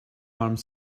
armed